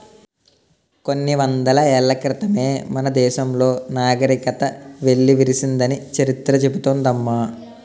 కొన్ని వందల ఏళ్ల క్రితమే మన దేశంలో నాగరికత వెల్లివిరిసిందని చరిత్ర చెబుతోంది అమ్మ